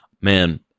man